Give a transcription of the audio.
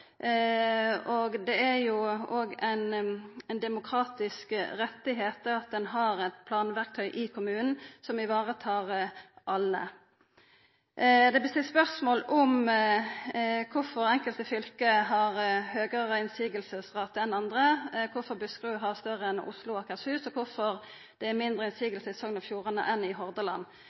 Det er ein demokratisk rett at ein har eit planverktøy i kommunen som varetar alle. Det vart stilt spørsmål om kvifor nokre fylke har fleire motsegner enn andre – kvifor Buskerud har fleire enn Oslo og Akershus, og kvifor det er mindre motsegner i Sogn og Fjordane enn i Hordaland.